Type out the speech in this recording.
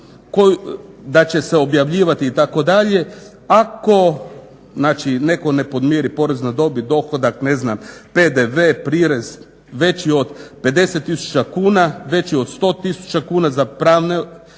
da će se objavljivati itd., ako znači netko ne podmiri porez na dobit, dohodak, ne znam PDV, prirez veći od 50 tisuća kuna, veći od 100 tisuća kuna za pravne